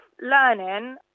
learning